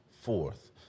fourth